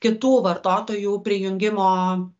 kitų vartotojų prijungimo